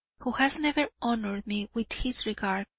who has never honoured me with his regard,